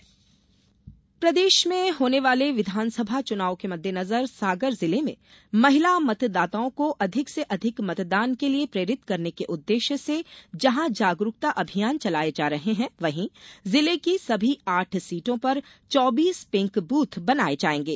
pink booth प्रदेश में होने वाले विधानसभा चुनाव के मद्देनजर सागर जिले में महिला मतदाताओं को अधिक से अधिक मतदान के ॅलिए प्रेरित करने के उद्देश्य से जहाँ जागरुकता अभियान चलाये जा रहे हैं वही जिले की समी आठ सीटों पर चौबीस पिंक बूथ बनाये जायेंगे